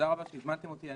רבה שהזמנתם אותי.